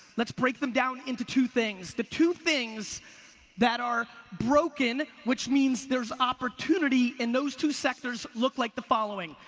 let's break them down into two things, the two things that are broken, which means there's opportunity in those two sectors, look like the following.